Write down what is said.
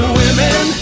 women